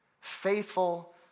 Faithful